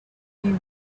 knew